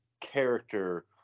character